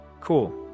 Cool